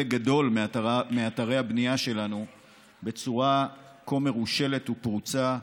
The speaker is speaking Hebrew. גדול מאתרי הבנייה שלנו בצורה כה מרושלת ופרוצה,